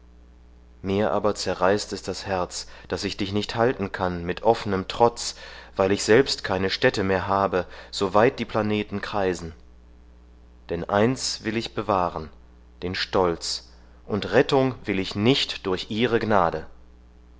mir aber zerreißt es das herz daß ich dich nicht halten kann mit offnem trotz weil ich selbst keine stätte mehr habe so weit die planeten kreisen denn eins will ich bewahren den stolz und rettung will ich nicht durch ihre gnade